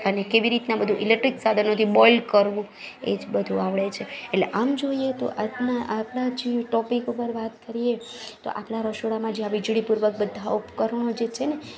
અને કેવી રીતના બધુ ઈલેક્ટ્રિક સાધનોથી બોલ કરવું એજ બધુ આવડે છે એટલે આમ જોઈએ તો આજના ટોપિક ઉપર વાત કરીએ તો આપણા રસોડામાં જે આ વીજળી પૂર્વક બધા ઉપકરણો જે છે ને